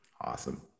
Awesome